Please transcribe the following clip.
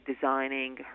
designing